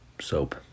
soap